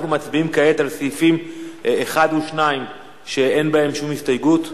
אנחנו מצביעים כעת על סעיפים 1 ו-2 שאין להם שום הסתייגות.